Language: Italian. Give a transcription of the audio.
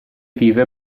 vive